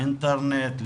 אינטרנט,